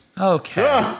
okay